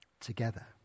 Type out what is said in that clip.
together